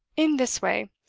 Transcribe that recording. in this way.